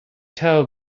tell